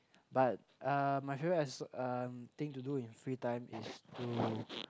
but uh my favourite as um thing to do in free time is to